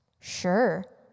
Sure